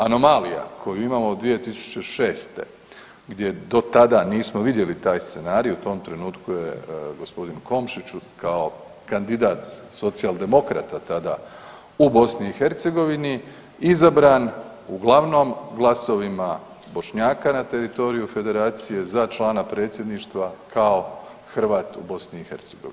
Anomalija koju imamo od 2006. gdje do tada nismo vidjeli taj scenarij, u tom trenutku je gospodin Komšić kao kandidat socijaldemokrata tada u BiH izabran uglavnom glasovima Bošnjaka na teritoriju federacije za člana predsjedništva kao Hrvat u BiH.